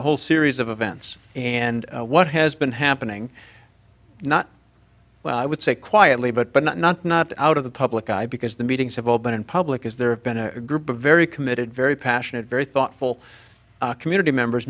a whole series of events and what has been happening not well i would say quietly but not not not out of the public eye because the meetings have all been public as there have been a group of very committed very passionate very thoughtful community members